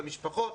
למשפחות,